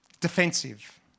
defensive